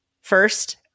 first